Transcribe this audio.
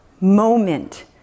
moment